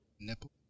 Nipple